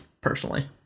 personally